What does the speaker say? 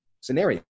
scenario